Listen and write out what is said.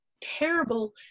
terrible